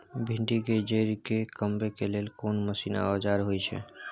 भिंडी के जईर के कमबै के लेल कोन मसीन व औजार होय छै?